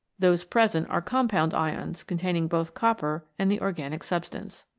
those present are com pound ions containing both copper and the organic substance.